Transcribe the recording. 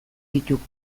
ditugu